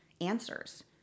answers